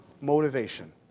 motivation